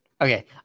Okay